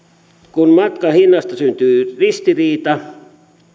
kun matkan hinnasta syntyy ristiriita